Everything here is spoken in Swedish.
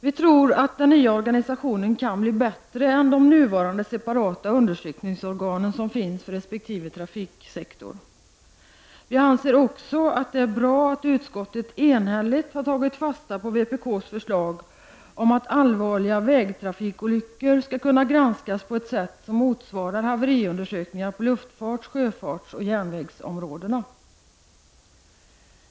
Vi tror att den nya organisationen kan bli bättre än de nuvarande separata undersökningsorgan som finns för resp. trafiksektor. Vi anser också att det är bra att utskottet enhälligt har tagit fasta på vpk:s förslag om att allvarliga vägtrafikolyckor skall kunna granskas på ett sätt som motsvarar haveriundersökningar på luftfarts-, sjöfartsoch järnvägsområdena.